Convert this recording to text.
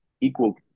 equal